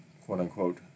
quote-unquote